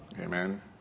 Amen